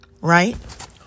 Right